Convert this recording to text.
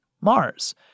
Mars